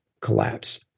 collapse